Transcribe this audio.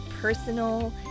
personal